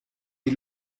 die